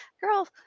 girl